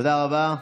תודה רבה.